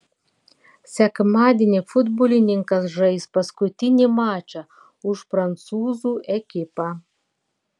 sekmadienį futbolininkas žais paskutinį mačą už prancūzų ekipą